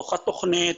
בתוך התכנית,